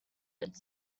its